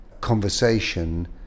conversation